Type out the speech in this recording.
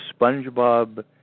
Spongebob